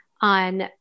on